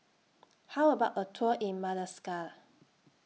How about A Tour in Madagascar